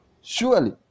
Surely